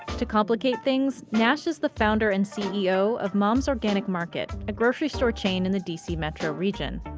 to complicate things, nash is the founder and ceo of mom's organic market, a grocery store chain in the dc metro region.